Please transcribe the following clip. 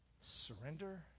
surrender